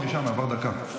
עברה דקה.